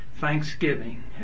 Thanksgiving